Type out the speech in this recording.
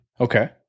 Okay